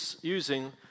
using